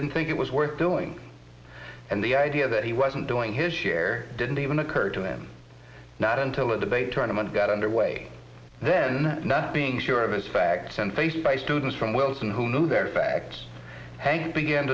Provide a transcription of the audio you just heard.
didn't think it was worth doing and the idea that he wasn't doing his share didn't even occur to him not until the day tournament got underway then not being sure of his facts and faced by students from wilson who knew their facts and began